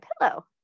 pillow